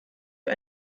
für